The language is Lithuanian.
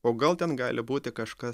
o gal ten gali būti kažkas